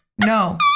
no